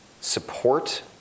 support